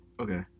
Okay